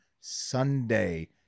Sunday